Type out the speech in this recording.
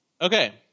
Okay